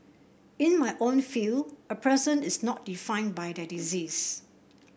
in my own field a person is not defined by their disease